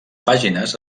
pàgines